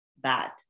Bad